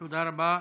תודה רבה.